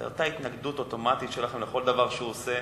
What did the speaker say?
זו אותה התנגדות אוטומטית שלכם לכל דבר שהוא עושה,